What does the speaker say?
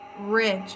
rich